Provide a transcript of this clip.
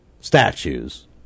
statues